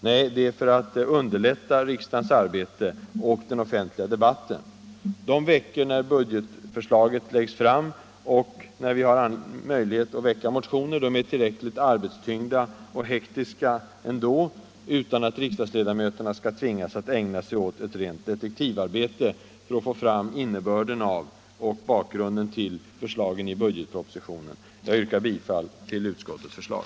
Nej, det är för att underlätta riksdagens arbete och den offentliga debatten. De veckor när budgetförslaget läggs fram, och när vi har möjlighet att väcka motioner, är tillräckligt arbetstyngda och hektiska ändå utan att riksdagsledamöterna skall tvingas att ägna sig åt ett rent detektivarbete för att få fram innebörden av och bakgrunden till förslagen i budgetpropositionen. Jag yrkar bifall till utskottets förslag.